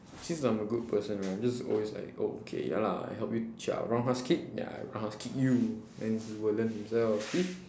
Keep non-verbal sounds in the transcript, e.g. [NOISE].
since I'm a good person right I'm just always like okay ya lah I help you [NOISE] roundhouse kick ya I roundhouse kick you then he will learn himself see